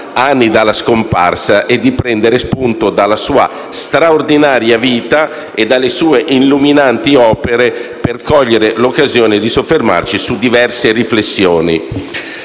anni dalla scomparsa e di prendere spunto dalla sua straordinaria vita e dalle sue illuminanti opere per cogliere l'occasione di soffermarci su diverse riflessioni.